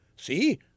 See